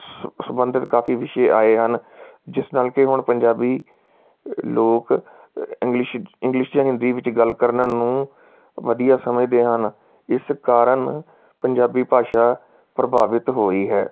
ਸ ਸੰਬੰਧਿਤ ਕਾਫੀ ਵਿਸ਼ੇ ਆਏ ਹਨ ਜਿਸ ਨਾਲ ਕਿ ਹੁਣ ਪੰਜਾਬੀ ਲੋਕ ਇੰਗਲਿਸ਼ ਇੰਗਲਿਸ਼ ਜਾਂ ਹਿੰਦੀ ਵਿੱਚ ਗੱਲ ਕਰਨ ਨੂੰ ਵਧੀਆ ਸਮਝਦੇ ਹਨ ਇਸ ਕਾਰਨ ਪੰਜਾਬੀ ਭਾਸ਼ਾ ਪ੍ਰਭਾਵਿਤ ਹੋਈ ਹੈ